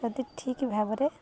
ଯଦି ଠିକ୍ ଭାବରେ